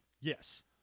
Yes